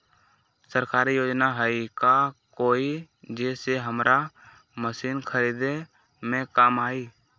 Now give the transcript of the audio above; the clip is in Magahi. सरकारी योजना हई का कोइ जे से हमरा मशीन खरीदे में काम आई?